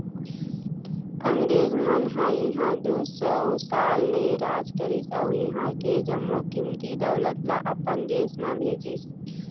अंगरेज मन ह इहां दू सौ साल ले राज करिस अउ इहां के जम्मो कीमती दउलत ल अपन देश म भेजिस